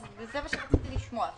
זה מה שרציתי לשמוע,